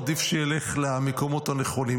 עדיף שילך למקומות הנכונים.